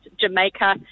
Jamaica